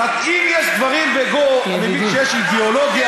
אז אם יש דברים בגו, אני מבין שיש אידיאולוגיה,